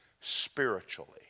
spiritually